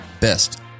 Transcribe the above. Best